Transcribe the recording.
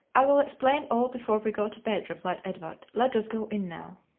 i will explain all before we go to bed, replied edward let us go in now.